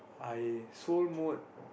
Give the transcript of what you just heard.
I soul mode